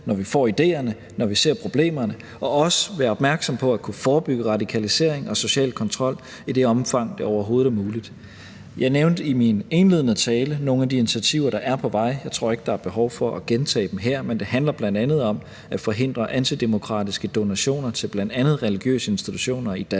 når vi får idéerne, når vi ser problemerne, og også være opmærksomme på at kunne forebygge radikalisering og social kontrol i det omfang, det overhovedet er muligt. Jeg nævnte i min indledende tale nogle af de initiativer, der er på vej. Jeg tror ikke, at der er behov for at gentage dem her, men det handler bl.a. om at forhindre antidemokratiske donationer til bl.a. religiøse institutioner i Danmark,